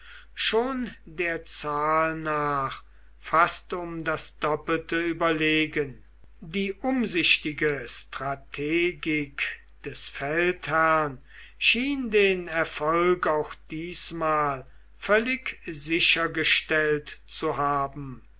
schon der zahl nach fast um das doppelte überlegen die umsichtige strategik des feldherrn schien den erfolg auch diesmal völlig sichergestellt zu haben